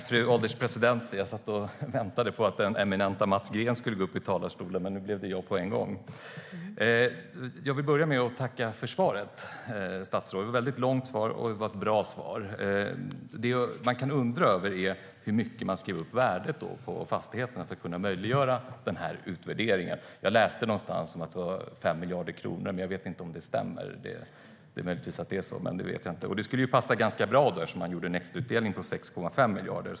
Fru ålderspresident! Jag satt och väntade på att den eminenta Mats Green skulle gå upp i talarstolen, men nu blev det jag på en gång. Jag tackar statsrådet för svaret. Det var ett bra och väldigt långt svar. Det jag kan undra över är hur mycket man skrev upp värdet på fastigheterna med för att möjliggöra utvärderingen. Jag läste någonstans att det var 5 miljarder kronor, men jag vet inte om det stämmer. Det är möjligt att det är så; det kan jag inte säga. Men det skulle passa ganska bra eftersom man gjorde en extrautdelning på 6,5 miljarder.